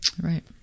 Right